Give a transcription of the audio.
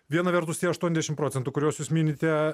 viena vertus tie aštuoniasdešimt procentų kuriuos jūs minite